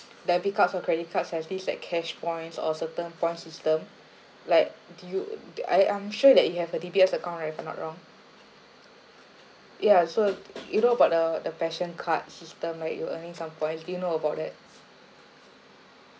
debit cards or credit cards has this like cash points or certain point system like dude I am sure that you have a D_B_S account right if I'm not wrong ya so you know but uh the passion card system like you're earning some points do you know about that